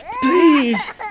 Please